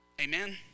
Amen